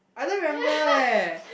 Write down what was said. I don't remember eh